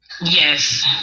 Yes